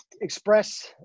express